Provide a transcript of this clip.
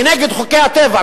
כנגד חוקי הטבע,